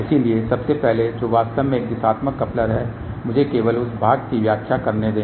इसलिए सबसे पहले जो वास्तव में एक दिशात्मक कप्लर है मुझे केवल उस भाग की व्याख्या करने दें